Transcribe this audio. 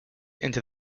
into